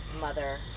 mother